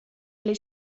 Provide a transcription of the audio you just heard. oli